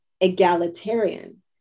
egalitarian